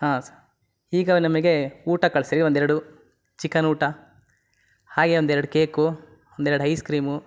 ಹಾಂ ಸ ಈಗ ನಮಗೆ ಊಟ ಕಳಿಸಿರಿ ಒಂದೆರಡು ಚಿಕನ್ ಊಟ ಹಾಗೇ ಒಂದೆರಡು ಕೇಕು ಒಂದೆರಡು ಐಸ್ಕ್ರೀಮು